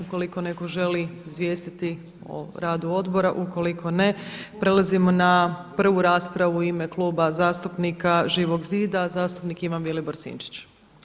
U koliko netko želi izvijestiti o radu odbora u koliko ne, prelazimo na prvu raspravu u ime Kluba zastupnika Život zida, zastupnik Ivan Vilibor Sinčić.